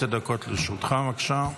עשר דקות לרשותך, בבקשה.